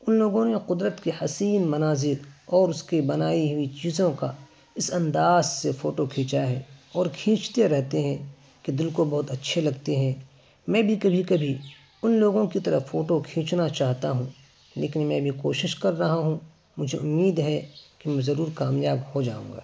ان لوگوں نے قدرت کے حسین مناظر اور اس کی بنائی ہوئی چیزوں کا اس انداز سے فوٹو کھینچا ہے اور کھینچتے رہتے ہیں کہ دل کو بہت اچھے لگتے ہیں میں بھی کبھی کبھی ان لوگوں کی طرح فوٹو کھینچنا چاہتا ہوں لیکن میں ابھی کوشش کر رہا ہوں مجھے امید ہے کہ میں ضرور کامیاب ہو جاؤں گا